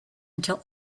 until